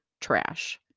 trash